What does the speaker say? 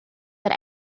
that